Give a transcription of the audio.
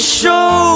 show